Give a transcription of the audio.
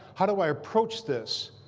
how do i approach this?